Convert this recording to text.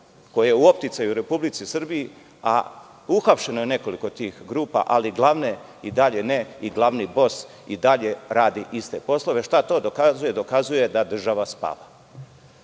koja je u opticaju u Republici Srbiji. Uhapšeno je nekoliko tih grupa, ali glavne i dalje ne i glavni bos i dalje radi iste poslove. Šta to dokazuje? Dokazuje da država spava. Mi